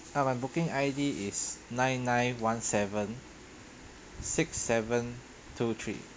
uh my booking I_D is nine nine one seven six seven two three